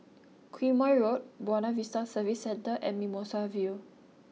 Quemoy Road Buona Vista Service Centre and Mimosa View